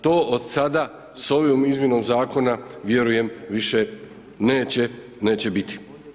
To od sada s ovim izmjenom zakona vjerujem više neće biti.